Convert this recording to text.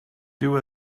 dyw